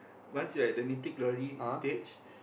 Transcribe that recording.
once you at the Mythic-Glory stage